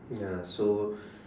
ya so